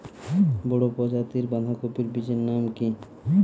বড় প্রজাতীর বাঁধাকপির বীজের নাম কি?